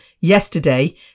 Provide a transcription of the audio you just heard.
yesterday